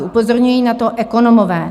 Upozorňují na to ekonomové.